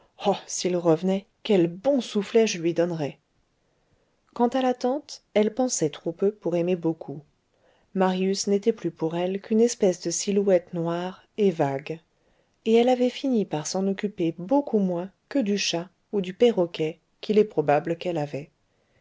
s'il revenait quel bon soufflet je lui donnerais quant à la tante elle pensait trop peu pour aimer beaucoup marius n'était plus pour elle qu'une espèce de silhouette noire et vague et elle avait fini par s'en occuper beaucoup moins que du chat ou du perroquet qu'il est probable qu'elle avait